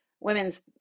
women's